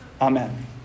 Amen